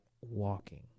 walking